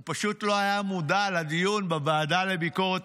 הוא פשוט לא היה מודע לדיון בוועדה לביקורת